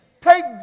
Take